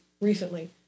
recently